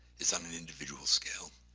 is on an individual scale.